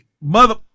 mother